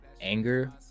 Anger